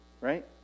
right